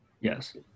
yes